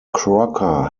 crocker